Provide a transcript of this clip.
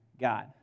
God